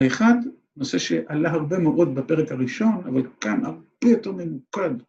‫אחד, נושא שעלה הרבה מאוד ‫בפרק הראשון, אבל כאן הרבה יותר ממוקד.